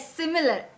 similar